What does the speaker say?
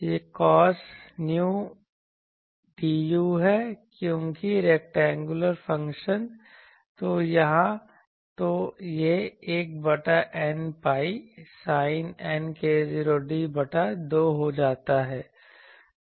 यह cos nu du है क्योंकि रैक्टेंगुलर फंक्शन तो 1 यहाँ तो यह 1 बटा n pi sine n k0d बटा 2 हो जाता है तो